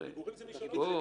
פיגורים זה מי שלא משלם.